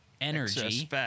energy